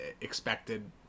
expected